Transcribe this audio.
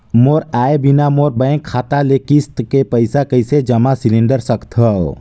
मोर आय बिना मोर बैंक खाता ले किस्त के पईसा कइसे जमा सिलेंडर सकथव?